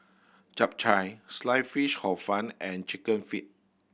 Chap Chai Sliced Fish Hor Fun and Chicken Feet